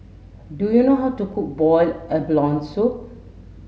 do you know how to cook boiled abalone soup